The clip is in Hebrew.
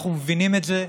אנחנו מבינים את זה,